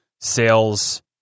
sales